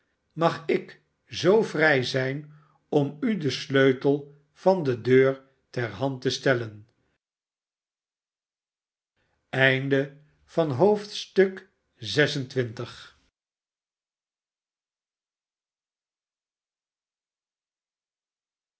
mag ik zoo vrij zijn om u den sleutel van de deur ter hand te stellen